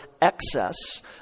excess